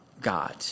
God